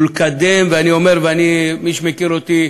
מי שמכיר אותי,